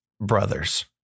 brothers